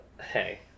Hey